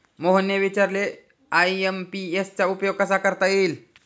मोहनने विचारले आय.एम.पी.एस चा उपयोग कसा करता येईल?